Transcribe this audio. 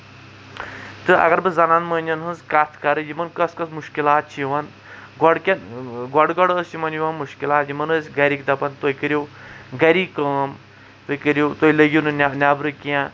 تہٕ اَگر بہٕ زَنان موہنِیَن ہٕنٛز کَتھ کَرٕ یِمن کۄس کۄس مُشکِلات چھٕ یِوان گۄڑٕ کٮ۪ن گۄڈٕ گۄڈٕ ٲس یِمن یِوان مُشکِلات یِمن أسۍ گرِکۍ دَپان تُہۍ کٔرِو گری کٲم تُہۍ کرِو تٔہۍ لٔگِو نہٕ نیٚبرٕ کیٚنٛہہ